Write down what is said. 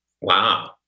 Wow